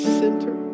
center